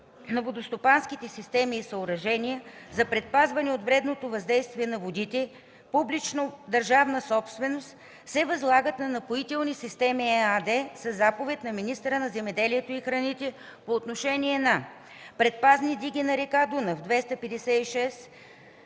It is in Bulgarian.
на водностопанските системи и съоръжения за предпазване от вреденото въздействие на водите – публична държавна собственост, се възлагат на „Напоителни системи” ЕАД със заповед на министъра на земеделието и храните по отношение на: предпазни диги на река Дунав – 256,362